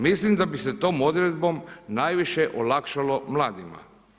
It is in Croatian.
Mislim da bi se tom odredbom najviše olakšalo mladima.